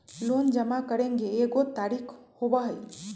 Loan जमा करेंगे एगो तारीक होबहई?